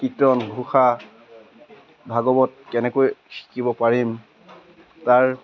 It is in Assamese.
কীৰ্তন ঘোষা ভাগৱত কেনেকৈ শিকিব পাৰিম তাৰ